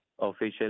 official